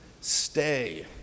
stay